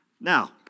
Now